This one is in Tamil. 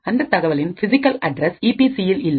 அந்த தகவலின் பிசிகல் அட்ரஸ் ஈபி சி இல் இல்லை